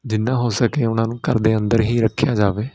ਜਿੰਨਾਂ ਹੋ ਸਕੇ ਉਹਨਾਂ ਨੂੰ ਘਰ ਦੇ ਅੰਦਰ ਹੀ ਰੱਖਿਆ ਜਾਵੇ